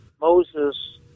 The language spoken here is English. Moses